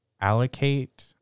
Allocate